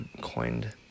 coined